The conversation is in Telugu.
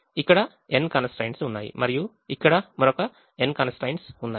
ఇక్కడ n constraints n constraints ఉన్నాయి మరియు ఇక్కడ మరొక n కన్స్ ట్రైన్ట్స్ ఉన్నాయి